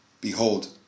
Behold